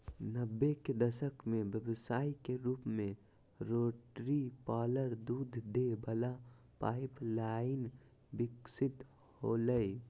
नब्बे के दशक में व्यवसाय के रूप में रोटरी पार्लर दूध दे वला पाइप लाइन विकसित होलय